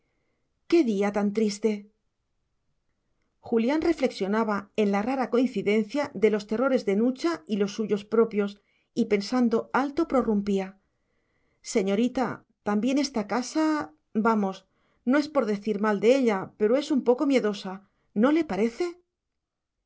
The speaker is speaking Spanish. qué día tan triste julián reflexionaba en la rara coincidencia de los terrores de nucha y los suyos propios y pensando alto prorrumpía señorita también esta casa vamos no es por decir mal de ella pero es un poco miedosa no le parece